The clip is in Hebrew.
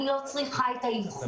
אני לא צריכה את האבחון.